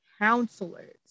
counselors